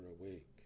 awake